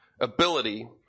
ability